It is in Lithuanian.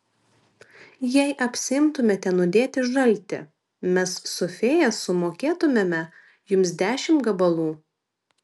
jei apsiimtumėte nudėti žaltį mes su fėja sumokėtumėme jums dešimt gabalų